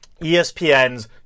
ESPN's